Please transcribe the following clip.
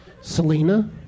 Selena